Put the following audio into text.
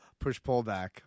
push-pullback